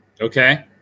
Okay